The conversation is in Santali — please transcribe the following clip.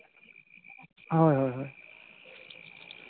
ᱦᱳᱭ ᱦᱳᱭ